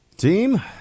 Team